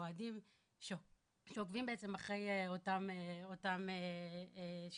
אוהדים שעוקבים בעצם על אותם שידורים.